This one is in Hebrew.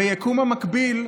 ביקום המקביל,